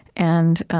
and